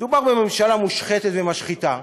מדובר בממשלה מושחתת ומשחיתה.